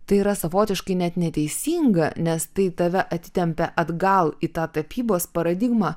tai yra savotiškai net neteisinga nes tai tave atitempia atgal į tą tapybos paradigmą